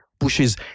pushes